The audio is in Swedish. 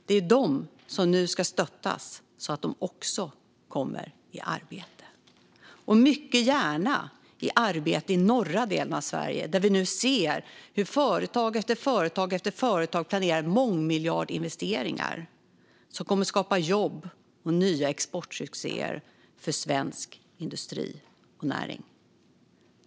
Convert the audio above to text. Det är de som nu ska stöttas så att de också kommer i arbete - mycket gärna i norra delen av Sverige, där vi nu ser hur företag efter företag planerar mångmiljardinvesteringar som kommer att skapa jobb och nya exportsuccéer för svensk industri och näring.